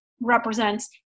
represents